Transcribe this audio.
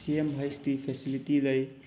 ꯁꯤ ꯑꯦꯝ ꯍꯩꯁ ꯇꯤ ꯐꯦꯁꯤꯂꯤꯇꯤ ꯂꯩ